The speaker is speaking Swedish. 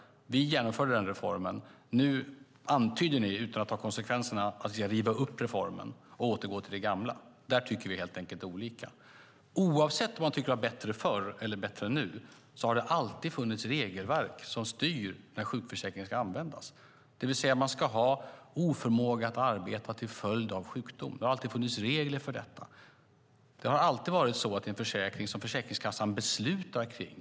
Vi genomförde den reformen. Nu antyder ni utan att ta konsekvenserna av det att ni vill riva upp reformen och återgå till det gamla. Där tycker vi helt enkelt olika. Oavsett om man tycker att det var bättre förr eller bättre nu har det alltid funnits regelverk som styr när sjukförsäkringen ska användas. Man ska ha oförmåga att arbeta till följd av sjukdom. Det har alltid funnits regler för detta. Det har alltid varit så med den försäkring som Försäkringskassan beslutar om.